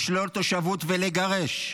לשלול ולגרש,